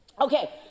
Okay